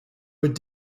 would